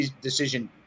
decision